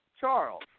Charles